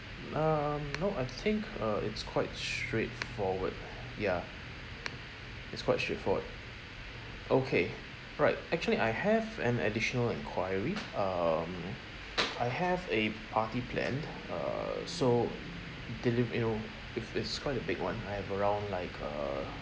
um no I think uh it's quite straightforward ya it's quite straightforward okay right actually I have an additional enquiry um I have a party planned err so deliver you know if it's quite a big one I have around like err